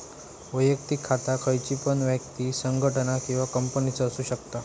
वैयक्तिक खाता खयची पण व्यक्ति, संगठना किंवा कंपनीचा असु शकता